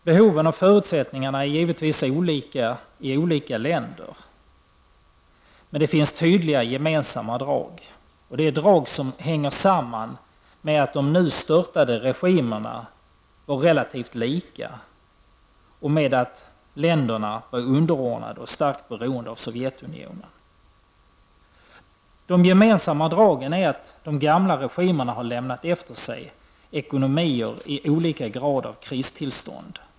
Behoven och förutsättningarna är givetvis olika i olika länder, men det finns tydliga gemensamma drag, som hänger samman med att de nu störtade regimerna var relativt lika och med att länderna var underordnade och starkt beroende av Sovjetunionen. De gemensamma dragen är att de gamla regimerna har lämnat efter sig ekonomier i olika grad av kristillstånd.